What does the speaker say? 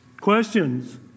Questions